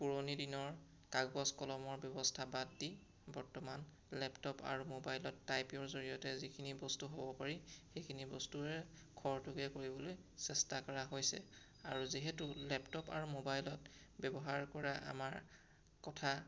পুৰণি দিনৰ কাগজ কলমৰ ব্যৱস্থা বাদ দি বৰ্তমান লেপটপ আৰু মোবাইলত টাইপৰ জড়িয়তে যিখিনি বস্তু হ'ব পাৰি সেইখিনি বস্তুৰে খৰতকীয়া কৰিবলৈ চেষ্টা কৰা হৈছে আৰু যিহেতু লেপটপ আৰু মোবাইলত ব্যৱহাৰ কৰা আমাৰ কথা